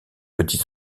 petit